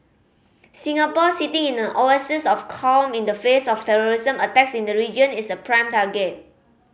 Singapore sitting in an oasis of calm in the face of terrorism attacks in the region is a prime target